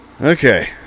Okay